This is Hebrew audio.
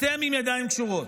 אתם עם ידיים קשורות.